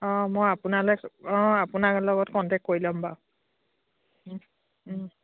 অঁ মই আপোনালৈ অঁ আপোনাৰ লগত কণ্টেক্ট কৰি ল'ম বাৰু